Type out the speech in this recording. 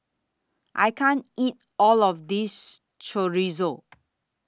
I can't eat All of This Chorizo